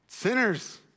Sinners